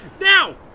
Now